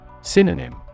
Synonym